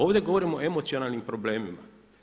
Ovdje govorimo o emocionalnim problemima.